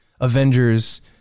Avengers